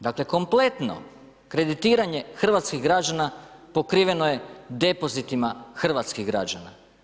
Dakle, kompletno kreditiranje hrvatskih građana pokriveno je depozitima hrvatskih građana.